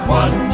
one